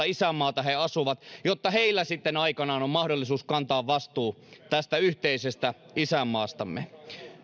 isänmaatamme he asuvat jotta heillä sitten aikanaan on mahdollisuus kantaa vastuu tästä yhteisestä isänmaastamme